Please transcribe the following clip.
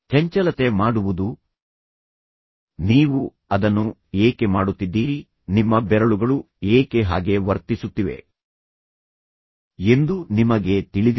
ಚಂಚಲತೆ ಮಾಡುವುದು ನೀವು ಅದನ್ನು ಏಕೆ ಮಾಡುತ್ತಿದ್ದೀರಿ ನಿಮ್ಮ ಬೆರಳುಗಳು ಏಕೆ ಹಾಗೆ ವರ್ತಿಸುತ್ತಿವೆ ಎಂದು ನಿಮಗೆ ತಿಳಿದಿಲ್ಲ